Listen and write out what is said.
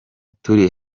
turi